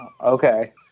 Okay